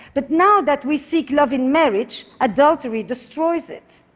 but now that we seek love in marriage, adultery destroys it.